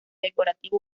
decorativo